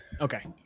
Okay